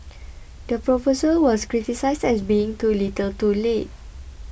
the proposal was criticised as being too little too late